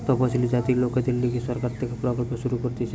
তপসিলি জাতির লোকদের লিগে সরকার থেকে প্রকল্প শুরু করতিছে